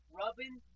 rubbing